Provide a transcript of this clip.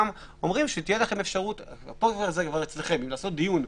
אומרים שתהיה לכם אפשרות אם לעשות דיון.